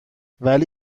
ولی